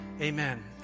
Amen